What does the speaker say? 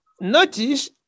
notice